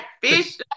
fish